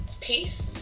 peace